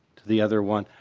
to the other one.